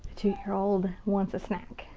two year old wants a snack.